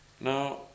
Now